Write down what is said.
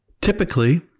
Typically